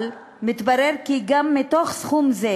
אבל מתברר כי גם מתוך סכום זה,